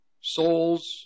Souls